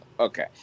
Okay